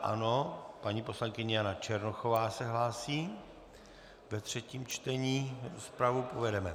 Ano, paní poslankyně Jana Černochová se hlásí ve třetím čtení, rozpravu povedeme.